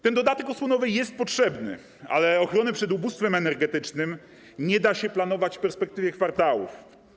Ten dodatek osłonowy jest potrzebny, ale ochrony przed ubóstwem energetycznym nie da się planować w perspektywie kwartałów.